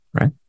right